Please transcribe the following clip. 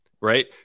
right